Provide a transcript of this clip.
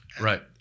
Right